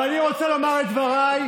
ואני רוצה לומר את דבריי,